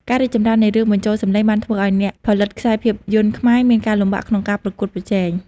ការរីកចម្រើននៃរឿងបញ្ចូលសម្លេងបានធ្វើឲ្យអ្នកផលិតខ្សែភាពយន្តខ្មែរមានការលំបាកក្នុងការប្រកួតប្រជែង។